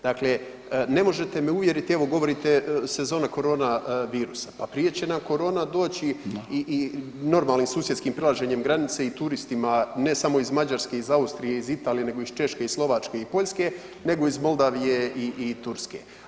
Dakle, ne možete me uvjeriti evo govorite sezona koronavirusa, pa prije će nam korona doći i normalnim susjedskim prelaženjem granice i turistima, ne samo iz Mađarske, iz Austrije, iz Italije, nego iz Češke, Slovačke i Poljske, nego iz Moldavije i Turske.